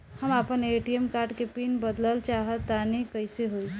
हम आपन ATM card के पीन बदलल चाहऽ तनि कइसे होई?